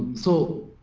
so